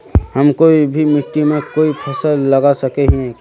हम कोई भी मिट्टी में कोई फसल लगा सके हिये की?